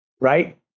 right